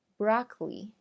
broccoli